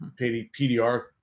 pdr